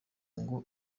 ngo